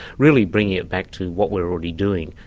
really bringing it back to what we're already doing,